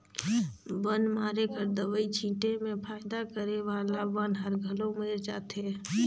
बन मारे कर दवई छीटे में फायदा करे वाला बन हर घलो मइर जाथे